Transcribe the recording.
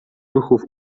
ruchów